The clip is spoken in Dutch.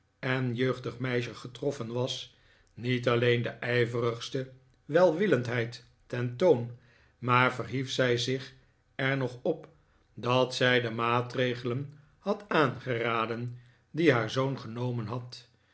en jeugdig meisje getroffen was niet alleen de ijverigste welwillendheid ten toon maar verhief zij zich er nog op dat zij de maatregelen had aangeraden die haar zoon genomen had